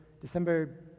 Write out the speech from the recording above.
December